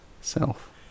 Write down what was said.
self